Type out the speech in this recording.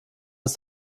ist